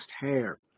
hair